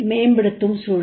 மேம்படுத்தும் சூழல்